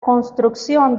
construcción